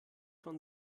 von